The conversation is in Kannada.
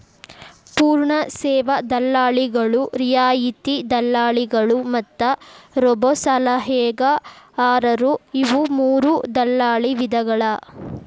ಪೂರ್ಣ ಸೇವಾ ದಲ್ಲಾಳಿಗಳು, ರಿಯಾಯಿತಿ ದಲ್ಲಾಳಿಗಳು ಮತ್ತ ರೋಬೋಸಲಹೆಗಾರರು ಇವು ಮೂರೂ ದಲ್ಲಾಳಿ ವಿಧಗಳ